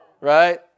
right